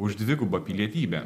už dvigubą pilietybę